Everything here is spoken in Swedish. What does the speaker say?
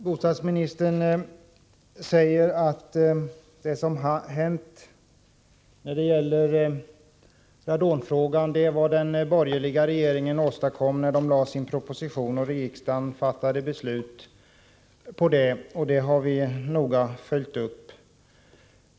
Bostadsministern säger att vad som har hänt när det gäller radonfrågan är vad den borgerliga regeringen åstadkom när den lade fram sin proposition och riksdagen fattade beslut om den — och det har vi noga följt upp.